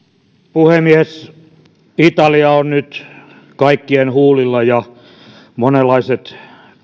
puhemies italia on nyt kaikkien huulilla ja monenlaiset